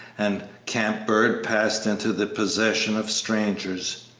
and camp bird passed into the possession of strangers.